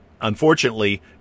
unfortunately